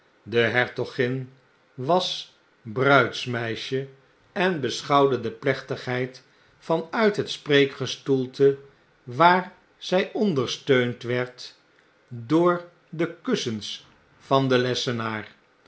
de hertogin was bruidsmeisje en beschouwde de plechtigheid van uit het spreekgestoelte waar zj ondersteund werd door de kussens van den lessenaar